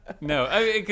no